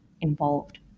involved